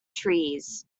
trees